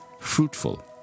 fruitful